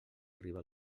arribe